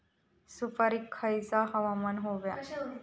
सुपरिक खयचा हवामान होया?